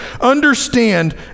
Understand